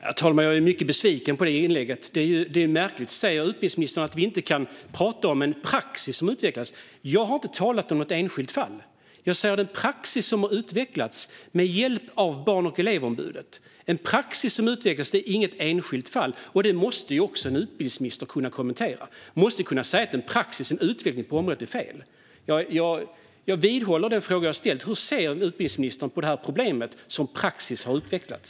Herr talman! Jag är mycket besviken på detta inlägg från utbildningsministern. Det är märkligt att utbildningsministern säger att vi inte kan tala om en praxis som utvecklas. Jag har inte talat om något enskilt fall. Jag talar om den praxis som har utvecklats med hjälp av Barn och elevombudet. En praxis som har utvecklats är inte något enskilt fall. Det måste också en utbildningsminister kunna kommentera. Hon måste kunna säga att en praxis och en utveckling på området är fel. Jag vidhåller den fråga som jag har ställt: Hur ser utbildningsministern på problemet med den praxis som har utvecklats?